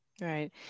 Right